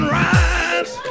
rise